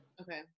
Okay